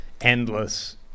endless